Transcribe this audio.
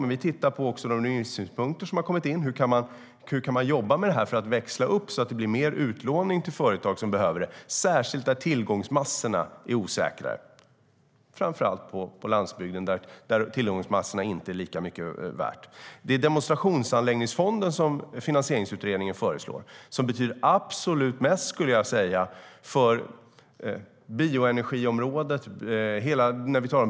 Men vi tittar också på remissynpunkter som har kommit in när det gäller hur man kan jobba för att växla upp så att det blir mer utlåning till företag som behöver det, särskilt där tillgångsmassorna är osäkrare, framför allt på landsbygden där tillgångsmassorna inte är lika mycket värda. Demonstrationsanläggningsfonden som Finansieringsutredningen föreslår betyder absolut mest för bioenergiområdet.